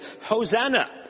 Hosanna